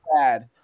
bad